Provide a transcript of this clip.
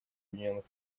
объединенных